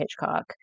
Hitchcock